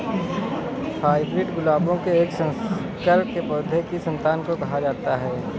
hybrid गुलाबों के एक संकर के पौधों की संतान को कहा जाता है